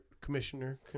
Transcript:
commissioner